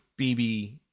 BB